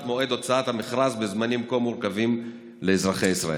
מועד הוצאת המכרז בזמנים כה מורכבים לאזרחי ישראל?